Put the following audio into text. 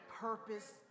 purpose